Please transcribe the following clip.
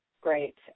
Great